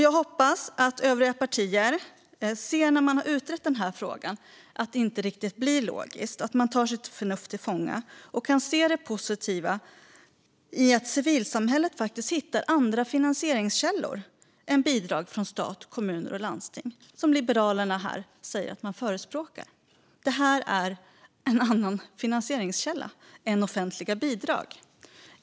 Jag hoppas att övriga partier, efter att frågan utretts, ser att det inte är logiskt, tar sitt förnuft till fånga och kan se det positiva i att civilsamhället hittar andra finansieringskällor än bidrag från stat, regioner och kommuner, vilket Liberalerna säger här att de förespråkar. Det här är en annan finansieringskälla än offentliga bidrag.